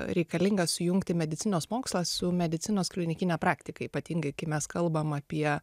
reikalinga sujungti medicinos mokslą su medicinos klinikine praktika ypatingai kai mes kalbam apie